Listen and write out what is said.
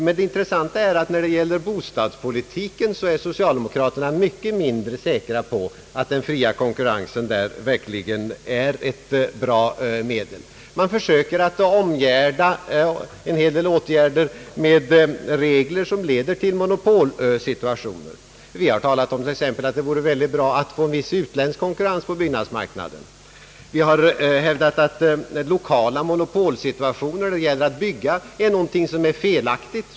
Men det intressanta är att när det gäller bostadsproduktionen, blir socialdemokraterna mycket mindre säkra på att den fria konkurrensen verkligen är ett bra medel — de försöker omgärda en hel del av det som sker med regler, vilka leder till monopolsituationer. Vi har t.ex. framhållit att det vore väldigt bra att få en viss utländsk konkurrens på byggnadsmarknaden och hävdar att lokala monopolsituationer när det gäller byggande är någonting felaktigt.